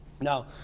Now